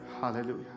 Hallelujah